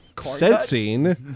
sensing